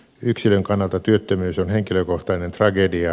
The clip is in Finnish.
yksilön kannalta työttömyys on henkilökohtainen tragedia